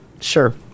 Sure